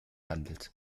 handelt